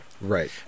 Right